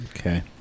Okay